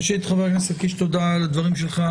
ראשית, חבר הכנסת קיש, תודה על הדברים שלך.